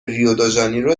ریودوژانیرو